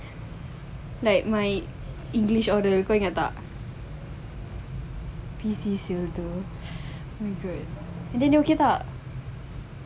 like my english oral kau ingat tak busy [sial] tu and then dia okay tak